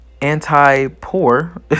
anti-poor